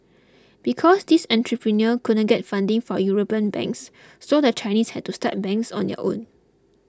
because these entrepreneurs couldn't get funding from European banks so the Chinese had to start banks on their own